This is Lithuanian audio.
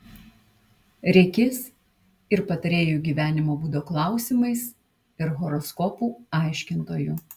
reikės ir patarėjų gyvenimo būdo klausimais ir horoskopų aiškintojų